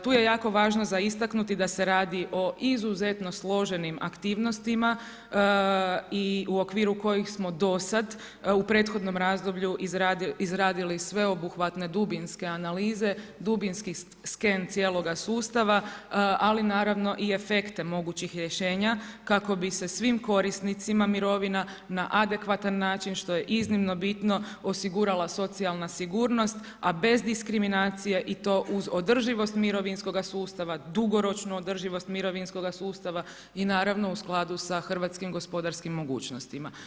Tu je jako važno za istaknuti da se radi o izuzetno složenim aktivnostima i u okviru kojih smo do sada u prethodnom razdoblju izradili sveobuhvatne dubinske analize, dubinski sken cijeloga sustava ali naravno i efekte mogućih rješenja kako bi se svim korisnicima mirovina na adekvatan način što je iznimno bitno osigurala socijalna sigurnost a bez diskriminacije i to uz održivost mirovinskoga sustava, dugoročnu održivost mirovinskoga sustava i naravno u skladu sa hrvatskim gospodarskim mogućnostima.